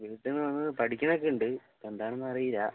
വീട്ടിൽ നിന്ന് വന്ന് പഠിക്കുന്നൊക്കെയുണ്ട് ഇപ്പോൾ എന്താണെന്ന് അറിയില്ല